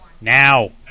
Now